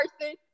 person